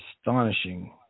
astonishing